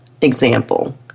example